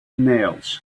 nails